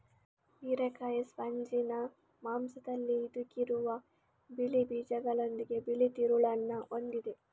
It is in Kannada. ಹಿರೇಕಾಯಿ ಸ್ಪಂಜಿನ ಮಾಂಸದಲ್ಲಿ ಹುದುಗಿರುವ ಬಿಳಿ ಬೀಜಗಳೊಂದಿಗೆ ಬಿಳಿ ತಿರುಳನ್ನ ಹೊಂದಿದೆ